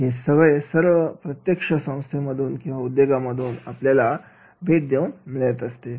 आणि हे सगळे प्रत्यक्ष संस्थेमधून किंवा उद्योगा मधून आपल्याला मिळत असतात